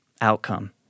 outcome